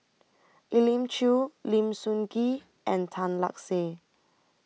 Elim Chew Lim Sun Gee and Tan Lark Sye